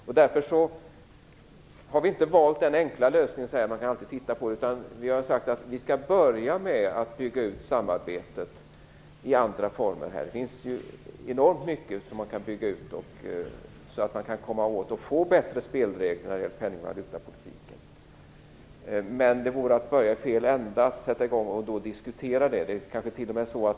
Vi har därför inte valt den enkla lösningen att säga att man alltid kan titta på detta. Vi har sagt att man skall börja med att bygga ut samarbetet i andra former. Här finns enormt mycket man kan bygga ut så att man kan få bättre spelregler när det gäller penningoch valutapolitiken. Men det vore att börja i fel ända att sätta i gång och diskutera detta förslag.